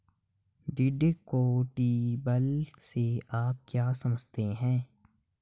Deductible से आप क्या समझते हैं?